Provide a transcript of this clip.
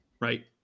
right